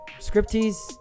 scripties